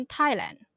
Thailand